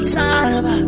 time